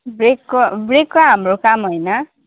ब्रेकको ब्रेकको हाम्रो काम होइन